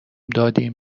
دادیم